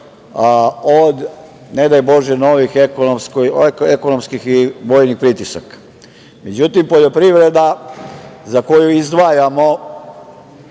od, ne daj Bože, novih ekonomskih i vojnih pritisaka.Međutim, poljoprivreda za koju izdvajamo,